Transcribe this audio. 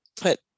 put